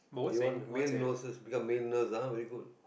they want male nurses become male nurse ah very good